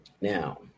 Now